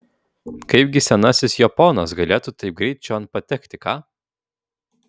kaipgi senasis jo ponas galėtų taip greit čion patekti ką